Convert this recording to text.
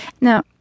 Now